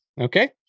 okay